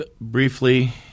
briefly